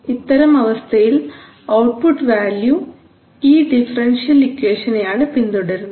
ഇത്തരം അവസ്ഥയിൽ output value ഈ ഡിഫറൻഷ്യൽ ഇക്വേഷനെയാണ് പിന്തുടരുന്നത്